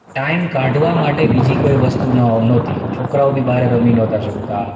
time કાઢવા માટે બીજી કોઈ વસ્તુ નહોતી છોકરાઓ બી બહાર રમી નહોતા શકતા